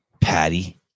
Patty